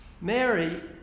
Mary